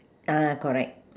ah correct